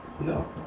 No